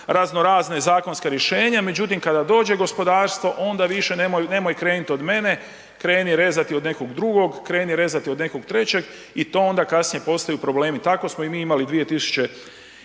razno razna zakonska rješenja, međutim kada dođe gospodarstvo onda više nemoj, nemoj krenit od mene, kreni rezati od nekog drugog, kreni rezati od nekog trećeg i to onda kasnije postaju problemi. Tako smo i mi imali 2012.